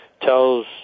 tells